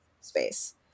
space